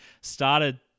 started